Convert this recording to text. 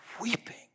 weeping